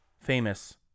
famous